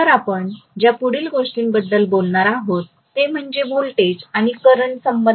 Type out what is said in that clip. तर आपण ज्या पुढील गोष्टीबद्दल बोलणार आहोत ते म्हणजेच व्होल्टेज आणि करंट संबंध